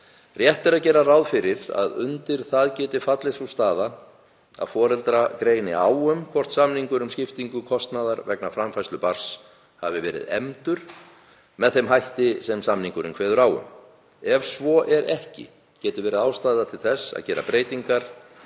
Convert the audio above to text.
Rétt er að gera ráð fyrir að undir það geti fallið sú staða að foreldra greini á um hvort samningur um skiptingu kostnaðar vegna framfærslu barns hafi verið efndur með þeim hætti sem samningurinn kveður á um. Ef svo er ekki getur verið ástæða til þess að gera breytingar